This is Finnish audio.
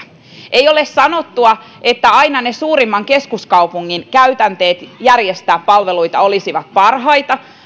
ei ole sanottua että aina ne suurimman keskuskaupungin käytänteet järjestää palveluita olisivat parhaita